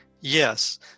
yes